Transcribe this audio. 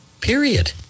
Period